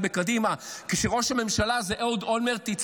כשראש הממשלה היה אהוד אולמרט,